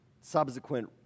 subsequent